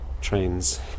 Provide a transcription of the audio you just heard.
trains